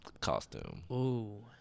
costume